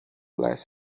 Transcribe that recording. glasses